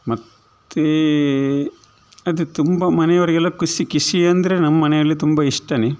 ಮತ್ತು ಅದು ತುಂಬ ಮನೆಯವರಿಗೆಲ್ಲ ಖುಷಿ ಕೃಷಿ ಅಂದರೆ ನಮ್ಮಮನೆಯಲ್ಲಿ ತುಂಬ ಇಷ್ಟ